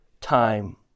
time